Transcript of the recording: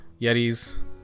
yetis